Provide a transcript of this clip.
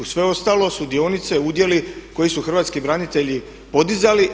Sve ostalo su dionice, udjeli koje su hrvatski branitelji podizali.